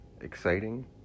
exciting